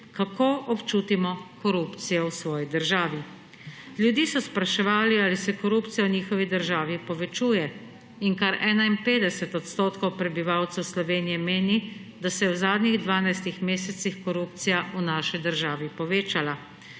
kako občutimo korupcijo v svoji državi. Ljudi so spraševali, ali se korupcija v njihovi državi povečuje, in kar 51 % prebivalcev Slovenije meni, da se je v zadnjih 12 mesecih korupcija v naši državi povečala.